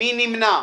מי נמנע?